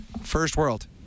first-world